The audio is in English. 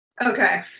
Okay